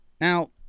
Now